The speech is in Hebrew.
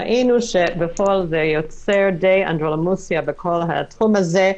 ראינו בפועל שזה יוצר אנדרלמוסיה בתחום הזה,